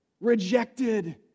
Rejected